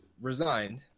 resigned